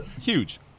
huge